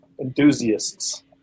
enthusiasts